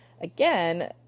Again